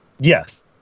Yes